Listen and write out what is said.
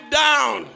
down